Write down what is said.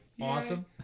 Awesome